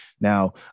Now